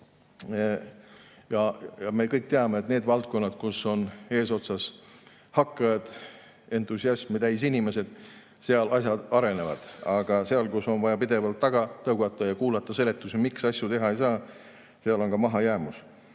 Me kõik teame, et nendes valdkondades, kus on eesotsas hakkajad, entusiasmi täis inimesed, asjad arenevad, aga seal, kus on vaja pidevalt tagant tõugata ja kuulata seletusi, miks asju teha ei saa, on mahajäämus. Suur